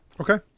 Okay